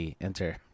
enter